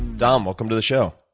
dom, welcome to the show.